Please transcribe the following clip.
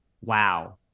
wow